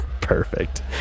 Perfect